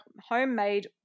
homemade